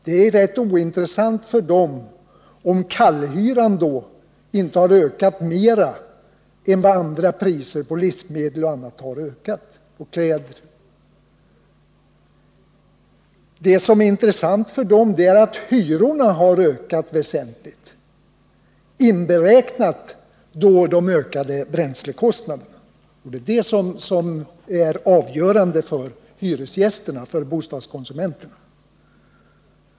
Det är rätt ointressant för dem om kallhyran inte har ökat mer än priserna på livsmedel och annat. Det intressanta för dem är att hyrorna har ökat väsentligt, inberäknat då de ökade bränslekostnaderna. Det är detta som är avgörande för bostadskonsumenterna.